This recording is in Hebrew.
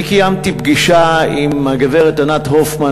אני קיימתי פגישה עם הגברת ענת הופמן,